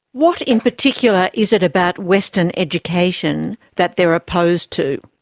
what in particular is it about western education that they are opposed to?